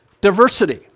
Diversity